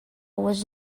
was